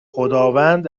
خداوند